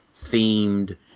themed